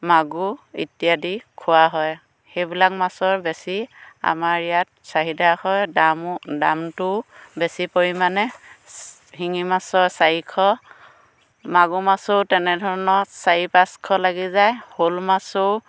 মাগুৰ ইত্যাদি খুওৱা হয় সেইবিলাক মাছৰ বেছি আমাৰ ইয়াত চাহিদা হয় দামো দামটোও বেছি পৰিমাণে শিঙি মাছৰ চাৰিশ মাগুৰ মাছৰো তেনেধৰণৰ চাৰি পাঁচশ লাগি যায় শ'ল মাছৰো